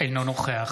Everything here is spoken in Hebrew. אינו נוכח